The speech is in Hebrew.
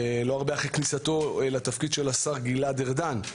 לא הרבה אחרי כניסתו לתפקיד של השר גלעד ארדן,